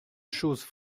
choses